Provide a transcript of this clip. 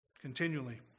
continually